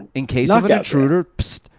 in case ah of an intruder, psst,